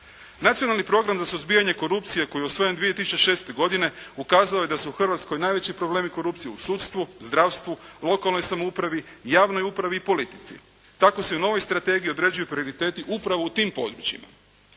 Nacionalni program za suzbijanje korupcije koji je usvojen 2006. godine ukazao je da su u Hrvatskoj najveći problemi korupcije u sudstvu, zdravstvu, lokalnoj samoupravi, javnoj upravi i politici. Tako se i u novoj strategiji određuju prioriteti upravo u tim područjima.